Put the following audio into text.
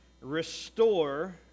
restore